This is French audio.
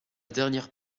dernière